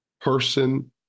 person